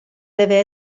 deve